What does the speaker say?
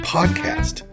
Podcast